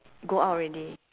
go out already